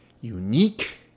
unique